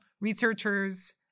researchers